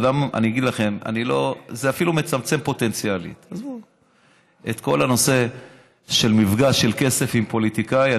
זה אפילו מצמצם פוטנציאלית את כל הנושא של מפגש של כסף עם פוליטיקאים.